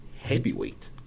heavyweight